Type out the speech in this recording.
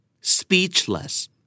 Speechless